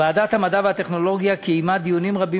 ועדת המדע והטכנולוגיה קיימה דיונים רבים